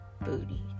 booty